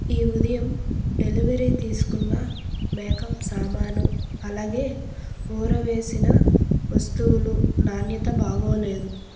ఈ ఉదయం డెలివరీ తీసుకున్న మేకప్ సామాను అలాగే ఊరవేసిన వస్తువులు నాణ్యత బాగోలేదు